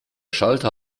schalter